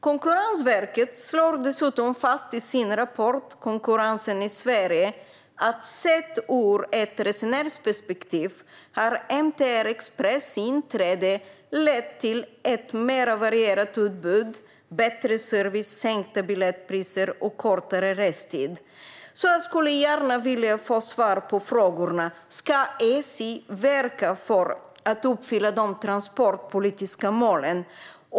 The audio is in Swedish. Konkurrensverket slår dessutom fast i sin rapport Konkurrensen i Sverige att MTR Express inträde sett ur ett resenärsperspektiv har lett till ett mer varierat utbud, bättre service, sänkta biljettpriser och kortare restid. Jag skulle gärna vilja få svar på om SJ ska verka för att uppfylla de transportpolitiska målen.